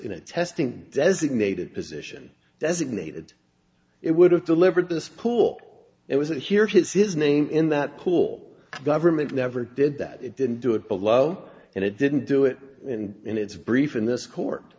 a testing designated position designated it would have delivered this pool it was it here his his name in that pool government never did that it didn't do it below and it didn't do it and it's brief in this court